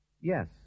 Yes